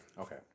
Okay